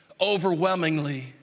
overwhelmingly